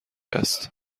است